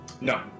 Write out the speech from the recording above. No